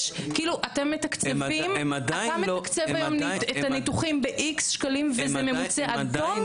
אתם מתקצבים את הניתוחים ב-X שקלים וזה ממוצה עד תום?